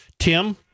Tim